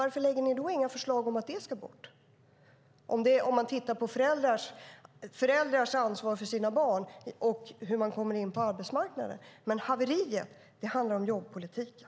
Varför lägger ni inte fram några förslag om att det ska bort i samband med att man tittar på föräldrars ansvar för sina barn och på hur de kommer in på arbetsmarknaden? Haveriet handlar om jobbpolitiken.